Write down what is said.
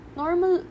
normal